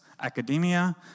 academia